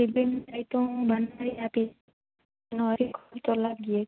ribbon tie તો હું બનાવી આપીશ નોરીક હોય તો લાગીએ